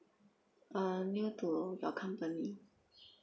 uh new to your company